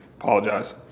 Apologize